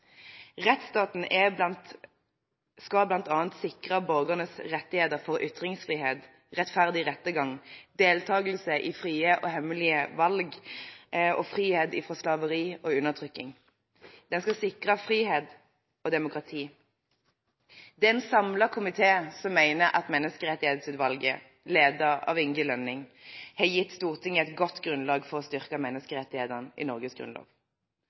Rettsstaten skal bl.a. sikre borgernes rettigheter til ytringsfrihet, rettferdig rettergang, deltakelse i frie og hemmelige valg og frihet fra slaveri og undertrykking. Den skal sikre frihet og demokrati. Det er en samlet komité som mener at Menneskerettighetsutvalget, ledet av Inge Lønning, har gitt Stortinget et godt grunnlag for å styrke menneskerettighetene i Norges grunnlov.